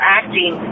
acting